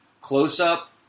close-up